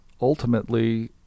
ultimately